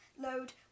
load